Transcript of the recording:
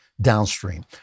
downstream